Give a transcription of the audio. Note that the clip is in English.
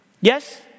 Yes